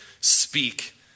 speak